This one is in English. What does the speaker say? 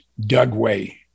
Dugway